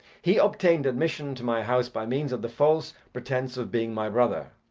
he obtained admission to my house by means of the false pretence of being my brother.